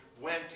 went